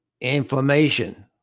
Inflammation